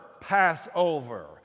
Passover